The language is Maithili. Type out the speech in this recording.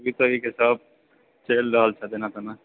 अभी तऽ ई सभ चलि रहल छै जेना तेना